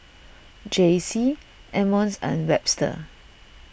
Jaycie Emmons and Webster